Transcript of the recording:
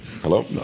Hello